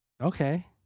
Okay